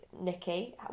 Nikki